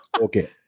Okay